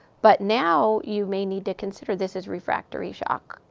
but now, you may need to consider, this is refractory shock.